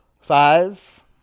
Five